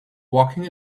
walking